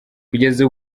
kugeza